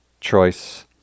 choice